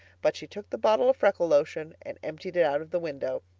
but she took the bottle of freckle lotion and emptied it out of the window.